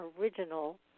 original